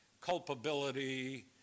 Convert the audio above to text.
culpability